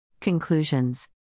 Conclusions